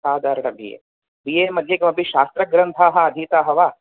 साधारण B A B A मध्ये किमपि शास्त्रग्रन्थाः अधीताः वा